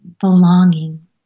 Belonging